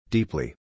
Deeply